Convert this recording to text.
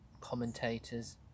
commentators